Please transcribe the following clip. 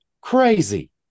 crazy